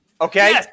Okay